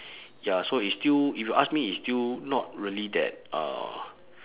ya so it's still if you ask me it's still not really that uh